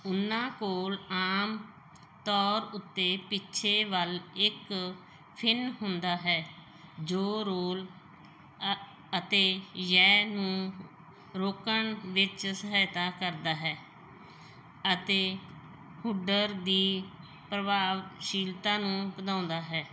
ਉਨ੍ਹਾਂ ਕੋਲ ਆਮ ਤੌਰ ਉੱਤੇ ਪਿੱਛੇ ਵੱਲ ਇੱਕ ਫਿਨ ਹੁੰਦਾ ਹੈ ਜੋ ਰੋਲ ਅ ਅਤੇ ਯਅ ਨੂੰ ਰੋਕਣ ਵਿੱਚ ਸਹਾਇਤਾ ਕਰਦਾ ਹੈ ਅਤੇ ਹੁੱਡਰ ਦੀ ਪ੍ਰਭਾਵਸ਼ੀਲਤਾ ਨੂੰ ਵਧਾਉਂਦਾ ਹੈ